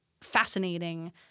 Fascinating